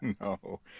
no